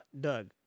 Doug